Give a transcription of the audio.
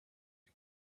and